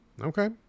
Okay